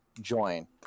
Join